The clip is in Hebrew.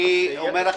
תודה, איל.